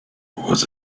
was